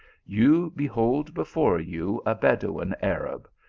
you behold before you a bedouin arab,